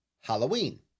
Halloween